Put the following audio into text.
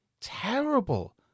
terrible